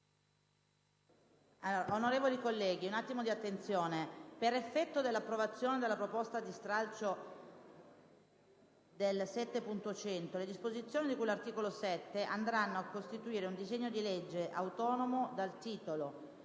Onorevoli colleghi, per effetto dell'approvazione della proposta di stralcio S9.100, le disposizioni di cui all'articolo 9 andranno a costituire un disegno di legge autonomo dal titolo